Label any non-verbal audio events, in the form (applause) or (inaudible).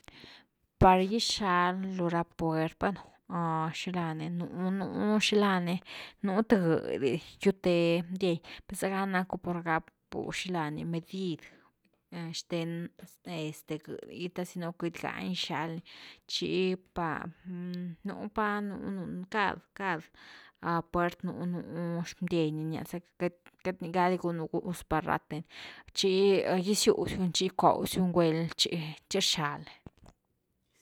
Par gixalu ra puert bueno, (hesitation) xilani nú-nú xilani nú th gëdy giuthe ndiei, te zega napu por gapu xini la ni medid zthen este gëdy gi te si no queity gani xal ni chi par, (hesitation) nú pa nú cad-cad puert nú-nú xndiai ni nia zacka queity ni ga di gunu gus par rath ni chi gisiusiuni chi gicko siuni guel chi, chi rxal ni.